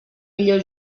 millor